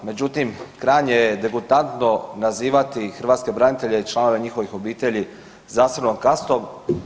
Međutim, krajnje je degutantno nazivati hrvatske branitelje i članove njihovih obitelji zasebnom kastom.